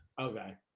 Okay